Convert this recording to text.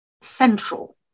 central